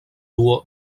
duo